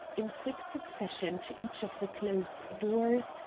in quick succession to each of the closed doors,